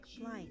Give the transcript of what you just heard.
flight